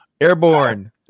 Airborne